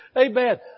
Amen